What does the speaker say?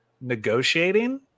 negotiating